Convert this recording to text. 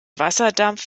wasserdampf